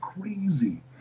crazy